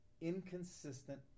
inconsistent